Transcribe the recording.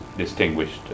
distinguished